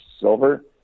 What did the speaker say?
silver